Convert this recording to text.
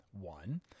One